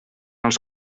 els